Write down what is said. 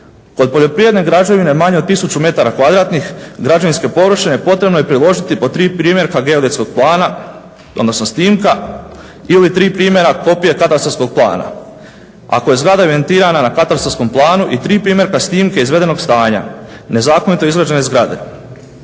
Kod poljoprivredne građevni manje od 1000 metara kvadratnih građevinski površine, potrebno je priložiti po 3 primjerka geodetskog plana, odnosno snimka ili 3 primjera kopije katastarskog plana. Ako je zgrada invertirana na katastarskom planu i 3 primjerka snimke izvedenog stanja nezakonito izgrađene zgrade